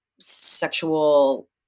sexual